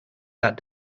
that